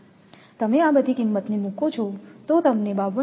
તમે આ બધી કિંમતને મૂકો છો તો તમને 52